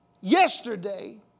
yesterday